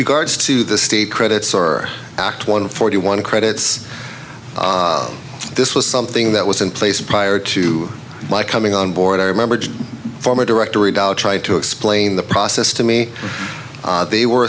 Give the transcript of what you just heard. regards to the state credits or act one forty one credits this was something that was in place prior to my coming on board i remember former directory da tried to explain the process to me they were